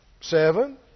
Seven